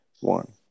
one